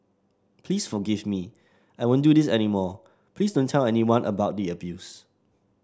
please forgive me I won't do this any more please don't tell anyone about the abuse